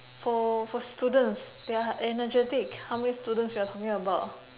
for for students they are energetic how many students you are talking about